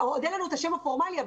עוד אין לנו שם פורמלי,